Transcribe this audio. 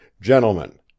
Gentlemen